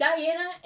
Diana